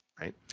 right